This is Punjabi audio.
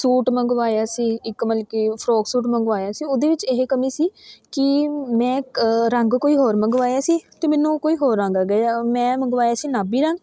ਸੂਟ ਮੰਗਵਾਇਆ ਸੀ ਇੱਕ ਮਤਲਬ ਕਿ ਫਰੋਕ ਸੂਟ ਮੰਗਵਾਇਆ ਸੀ ਉਹਦੇ ਵਿੱਚ ਇਹ ਕਮੀ ਸੀ ਕਿ ਮੈਂ ਰੰਗ ਕੋਈ ਹੋਰ ਮੰਗਵਾਇਆ ਸੀ ਅਤੇ ਮੈਨੂੰ ਕੋਈ ਹੋਰ ਰੰਗ ਆ ਗਿਆ ਮੈਂ ਮੰਗਵਾਇਆ ਸੀ ਨਾਭੀ ਰੰਗ